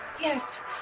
Yes